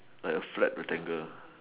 like a flat rectangle